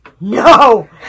no